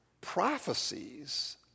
prophecies